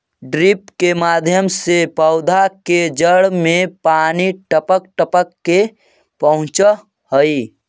drip के माध्यम से पौधा के जड़ में पानी टपक टपक के पहुँचऽ हइ